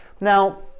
Now